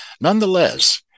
nonetheless